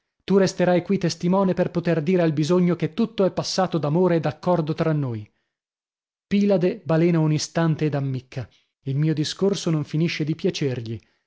tu resterai qui testimone per poter dire al bisogno che tutto è passato d'amore e d'accordo tra noi pilade balena un istante ed ammicca il mio discorso non finisce di piacergli